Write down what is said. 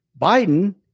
Biden